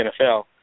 NFL